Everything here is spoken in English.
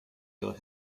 your